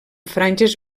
franges